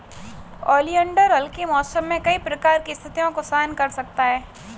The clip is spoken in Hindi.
ओलियंडर हल्के मौसम में कई प्रकार की स्थितियों को सहन कर सकता है